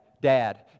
dad